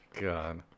God